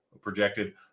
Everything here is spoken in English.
projected